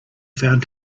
found